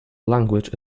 language